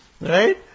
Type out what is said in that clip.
Right